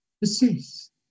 persist